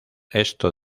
esto